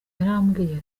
yarambwiye